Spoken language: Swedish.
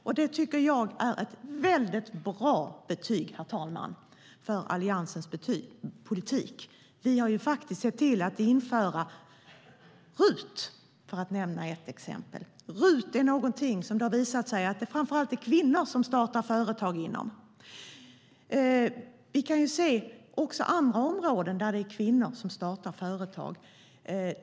Det tycker jag är ett väldigt bra betyg, herr talman, för Alliansens politik. Vi har sett till att införa RUT, för att nämna ett exempel. RUT är någonting det har visat sig att framför allt kvinnor startar företag inom. Vi kan se också andra områden där det är kvinnor som startar företag.